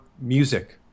music